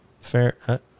Fair